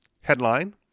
headline